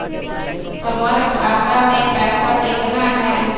हमर खाता मे पैसा केतना है?